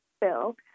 bill